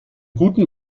guten